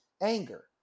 anger